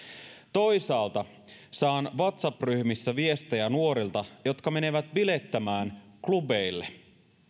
toisaalta saan whatsapp ryhmissä viestejä nuorilta jotka menevät bilettämään klubeille